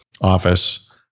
office